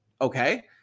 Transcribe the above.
Okay